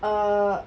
err